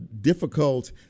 difficult